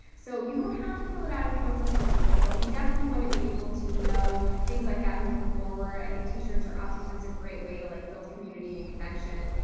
so, you don't have to fill it out if you don't feel comfortable, but we definitely want to be able to know things like that moving forward. i think t-shirts are oftentimes a great way to, like, build community and connection,